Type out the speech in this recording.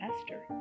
Esther